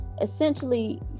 essentially